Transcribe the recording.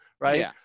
Right